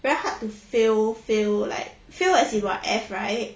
very hard to fail fail like fail as in what F right